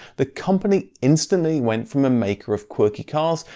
the company instantly went from a maker of quirky cars,